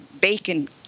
bacon